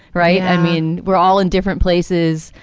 right. i mean, we're all in different places,